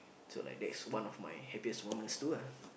so like that's one of my happiest moment too lah